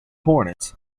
hornets